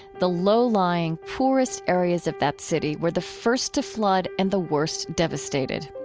the low-lying, poorest areas of that city were the first to flood and the worst devastated.